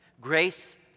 Grace